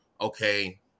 okay